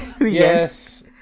Yes